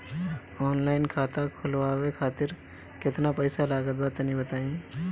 Online खाता खूलवावे खातिर केतना पईसा लागत बा तनि बताईं?